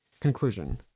Conclusion